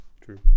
True